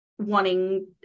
Wanting